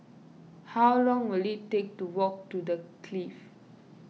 how long will it take to walk to the Clift